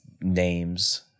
names